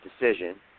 decision